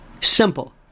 simple